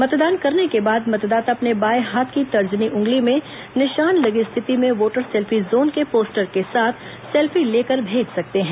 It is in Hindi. मतदान करने के बाद मतदाता अपने बायें हाथ की तर्जनी उंगली में निशान लगे स्थिति में वोटर सेल्फी जोन के पोस्टर के साथ सेल्फी लेकर भेज सकते हैं